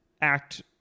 act